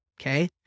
okay